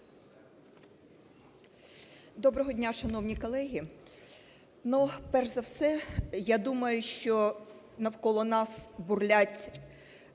Доброго дня, шановні колеги! Перш за все, я думаю, що навколо нас бурлять